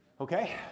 Okay